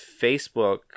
Facebook